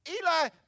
Eli